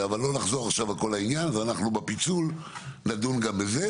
אבל לא נחזור עכשיו על כל העניין ואנחנו בפיצול נדון גם בזה,